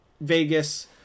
Vegas